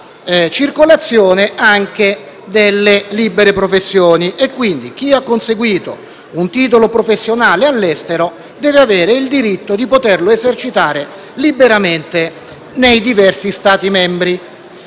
circolazione anche delle libere professioni. Chi ha conseguito un titolo professionale deve infatti avere il diritto di poterlo esercitare liberamente nei diversi Stati membri.